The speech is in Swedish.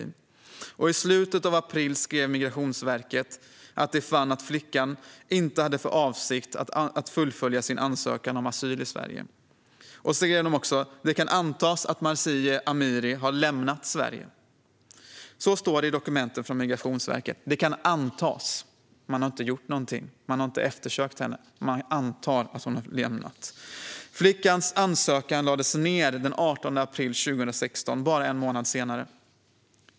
I slutet av april skrev Migrationsverket att de fann att flickan "inte har för avsikt att fullfölja sin ansökan om asyl i Sverige". Vidare skrev man: "Det kan antas att Marzieh Amiri har lämnat Sverige." Så står det i dokumentet från Migrationsverket, att det kan antas. Man har inte gjort någonting, man har inte eftersökt henne och man antar att hon har problem med något. Flickans asylansökan lades ned den 18 april 2016, bara en månad senare.